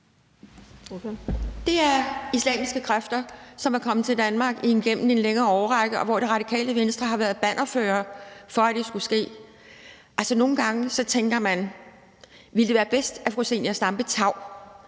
Det er islamiske kræfter, som er kommet til Danmark igennem en længere årrække, og hvor Radikale Venstre har været bannerfører for, at det skulle ske. Altså, nogle gange tænker man: Ville det være bedst, at fru Zenia Stampe tav?